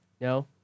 no